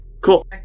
Cool